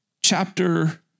chapter